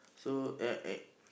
so ya uh